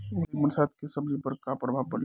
अधिक बरसात के सब्जी पर का प्रभाव पड़ी?